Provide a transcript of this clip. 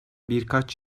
birkaç